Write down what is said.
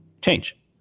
change